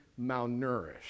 malnourished